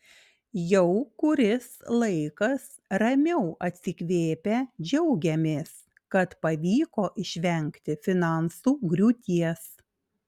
jau kuris laikas ramiau atsikvėpę džiaugiamės kad pavyko išvengti finansų griūties